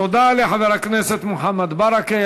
תודה לחבר הכנסת מוחמד ברכה.